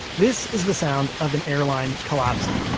this is the sound of an airline collapsing.